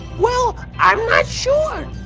well i'm not sure!